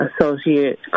associate